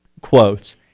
quotes